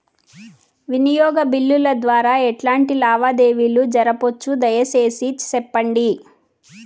వినియోగ బిల్లుల ద్వారా ఎట్లాంటి లావాదేవీలు జరపొచ్చు, దయసేసి సెప్పండి?